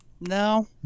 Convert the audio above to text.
no